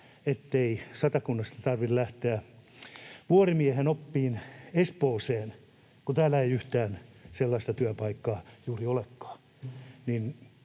ettei Satakunnasta tarvitse lähteä vuorimiehen oppiin Espooseen, kun täällä ei yhtään sellaista työpaikkaa juuri olekaan.